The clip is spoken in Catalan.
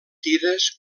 tires